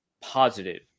positive